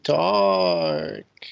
talk